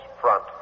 front